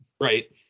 Right